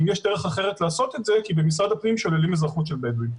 אם יש דרך אחרת לעשות את זה כי במשרד הפנים שוללים אזרחות של בדואים.